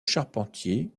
charpentier